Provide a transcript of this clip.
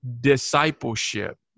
discipleship